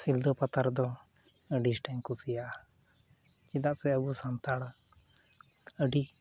ᱥᱤᱞᱫᱟᱹ ᱯᱟᱛᱟ ᱨᱮᱫᱚ ᱟᱹᱰᱤ ᱟᱴᱤᱧ ᱠᱩᱥᱤᱭᱟᱜᱼᱟ ᱪᱮᱫᱟᱜ ᱥᱮ ᱟᱵᱚ ᱥᱟᱱᱛᱟᱲ ᱟᱹᱰᱤ